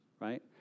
right